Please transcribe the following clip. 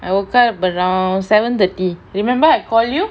I woke up around seven thirty remember I call you